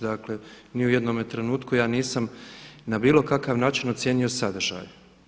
Dakle ni u jednome trenutku ja nisam na bilo kakav način ocijenio sadržaj.